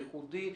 ייחודי,